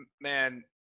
Man